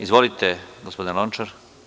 Izvolite gospodine Lončar.